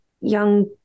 young